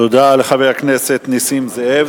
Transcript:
תודה לחבר הכנסת נסים זאב.